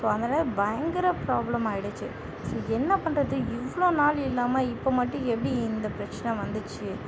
so அதில் பயங்கர problem ஆகிடுச்சு ஸோ என்ன பண்ணுறது இவ்வளோ நாள் இல்லாமல் இப்போ மட்டும் எப்படி இந்த பிரச்சனை வந்துச்சு